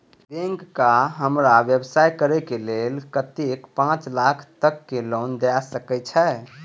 Bank का हमरा व्यवसाय करें के लेल कतेक पाँच लाख तक के लोन दाय सके छे?